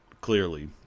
clearly